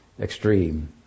extreme